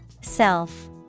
Self